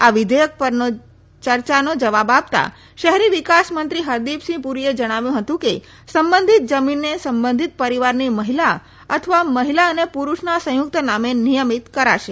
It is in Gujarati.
આ વિધેયક પરની ચર્ચાનો જવાબ આપતાં શહેરી વિકાસ મંત્રી હરદીપસિંહ પુરીએ જણાવ્યું હતું કે સંબંધિત જમીનને સંબંધિત પરીવારની મહિલા અથવા મહિલા અને પુરૂષના સંયુકત નામે નિયમીત કરાશે